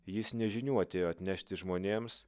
jis ne žinių atėjo atnešti žmonėms